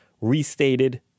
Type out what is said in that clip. restated